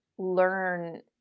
learn